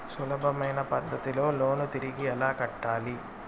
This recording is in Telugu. సులభమైన పద్ధతిలో లోను తిరిగి ఎలా కట్టాలి